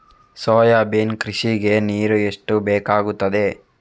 Soybean ಕೃಷಿಗೆ ನೀರು ಎಷ್ಟು ಬೇಕಾಗುತ್ತದೆ?